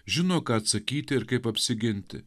žino ką atsakyti ir kaip apsiginti